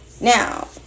Now